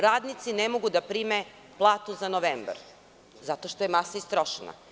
Radnici ne mogu da prime platu za novembar, zato što je masa istrošena.